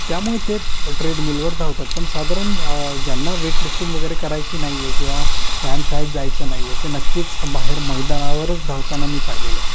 त्यामुळे ते ट्रेडमीलवर धावतात पण साधारण ज्यांना वेट लिफ्टिंग वगैरे करायची नाही आहे किंवा व्यायामशाळेत जायचं नाही आहे ते नक्कीच बाहेर मैदानावरच धावताना मी पाहिलेले आहेत